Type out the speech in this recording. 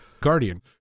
guardian